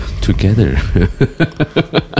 together